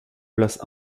place